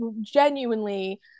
genuinely